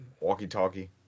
Walkie-talkie